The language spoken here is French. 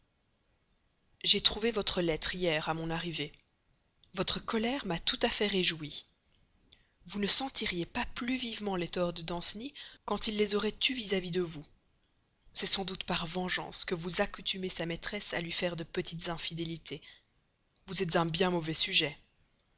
j'ai trouvé votre lettre hier à mon arrivée votre colère m'a tout à fait réjoui vous ne sentiriez pas plus vivement les torts de danceny quand il les aurait eus vis-à-vis de vous c'est sans doute par vengeance que vous accoutumez sa maîtresse à lui faire de petites infidélités vous êtes un bien mauvais sujet